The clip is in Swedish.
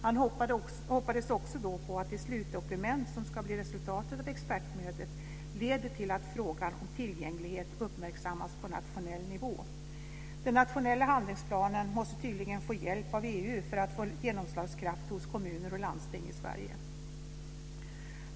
Han hoppades också då att det slutdokument som ska bli resultatet av expertmötet leder till att frågan om tillgänglighet uppmärksammas på nationell nivå. Den nationella handlingsplanen måste tydligen få hjälp av EU för att få genomslagskraft hos kommuner och landsting i Sverige.